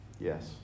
Yes